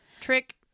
Trick